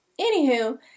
Anywho